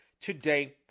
today